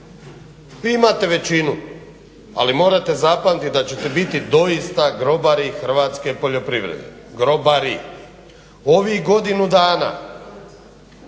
vi imate većinu ali morate zapamtit da ćete biti doista grobari hrvatske poljoprivrede, grobari, u ovih godinu dana